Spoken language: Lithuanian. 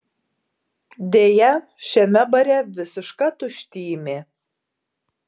deja šiame bare visiška tuštymė